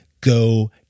go